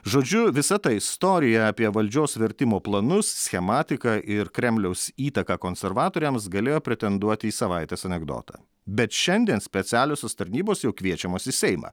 žodžiu visa ta istorija apie valdžios vertimo planus schematiką ir kremliaus įtaką konservatoriams galėjo pretenduoti į savaitės anekdotą bet šiandien specialiosios tarnybos jau kviečiamos į seimą